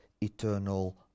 eternal